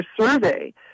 survey